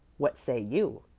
what say you?